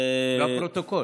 לפרוטוקול.